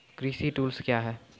कृषि टुल्स क्या हैं?